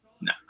no